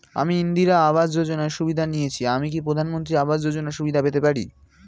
আমি ইন্দিরা আবাস যোজনার সুবিধা নেয়েছি আমি কি প্রধানমন্ত্রী আবাস যোজনা সুবিধা পেতে পারি?